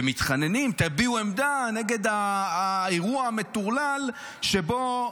והם מתחננים, תביעו עמדה נגד האירוע המטורלל שבו